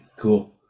Cool